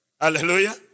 Hallelujah